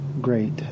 great